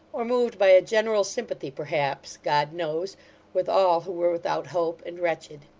or moved by a general sympathy perhaps god knows with all who were without hope, and wretched.